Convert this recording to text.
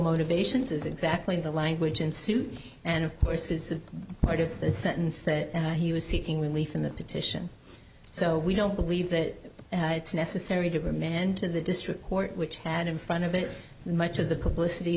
motivations as exactly the language in suit and of course is part of the sentence that he was seeking relief in the petition so we don't believe that it's necessary to them and to the district court which had in front of it much of the publicity